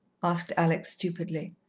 asked alex stupidly.